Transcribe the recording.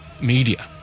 media